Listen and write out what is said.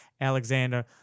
Alexander